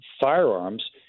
firearms